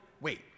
Wait